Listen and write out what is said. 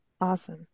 Awesome